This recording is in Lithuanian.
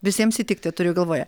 visiems įtikti turiu galvoje